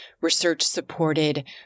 research-supported